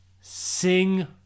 Sing